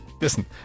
listen